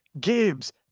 gibbs